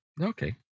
Okay